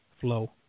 flow